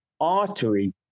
artery